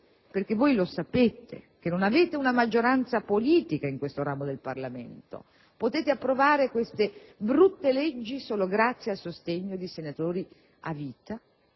sapete infatti che non avete una maggioranza politica in questo ramo del Parlamento e che potete approvare queste brutte leggi solo grazie al sostegno dei senatori a vita,